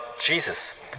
Jesus